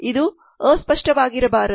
ಇದು ಅಸ್ಪಷ್ಟವಾಗಿರಬಾರದು